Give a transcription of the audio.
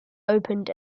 opened